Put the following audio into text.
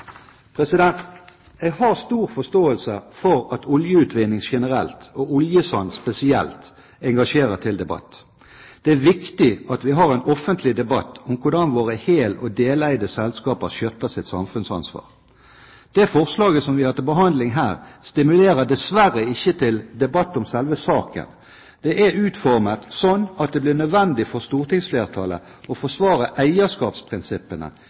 Jeg har stor forståelse for at oljeutvinning generelt og oljesand spesielt engasjerer til debatt. Det er viktig at vi har en offentlig debatt om hvordan våre hel- og deleide selskaper skjøtter sitt samfunnsansvar. Det forslaget vi har til behandling her, stimulerer dessverre ikke til debatt om selve saken. Det er utformet slik at det blir nødvendig for stortingsflertallet å forsvare eierskapsprinsippene